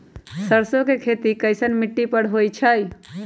सरसों के खेती कैसन मिट्टी पर होई छाई?